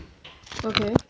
okay